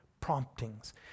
promptings